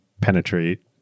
penetrate